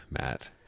Matt